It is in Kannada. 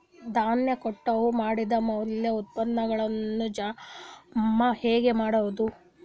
ಧಾನ್ಯ ಕಟಾವು ಮಾಡಿದ ಮ್ಯಾಲೆ ಉತ್ಪನ್ನಗಳನ್ನು ಜಮಾ ಹೆಂಗ ಮಾಡೋದು?